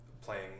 playing